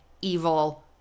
evil